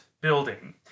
building